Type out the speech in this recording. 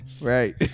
right